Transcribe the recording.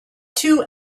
two